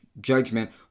judgment